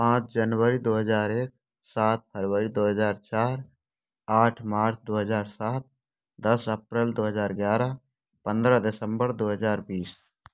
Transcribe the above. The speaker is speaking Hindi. पाँच जनवरी दो हज़ार एक सात फरवरी दो हज़ार चार आठ मार्च दो हज़ार सात दस अप्रैल दो हज़ार ग्यारह पंद्रह दिसंबर दो हज़ार बीस